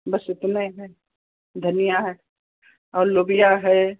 बस इतने है धनिया है और लोबिया है